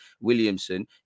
Williamson